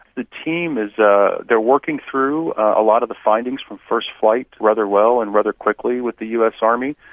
the team is, ah they're working through a lot of the findings from first flight rather well and rather quickly with the us army.